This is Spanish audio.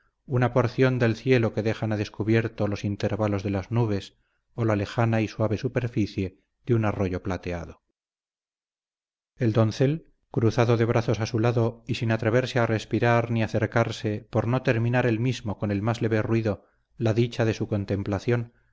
una porción del cielo que dejan a descubierto los intervalos de las nubes o la lejana y suave superficie de un arroyo plateado el doncel cruzado de brazos a su lado y sin atreverse a respirar ni acercarse por no terminar él mismo con el más leve ruido la dicha de su contemplación